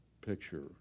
picture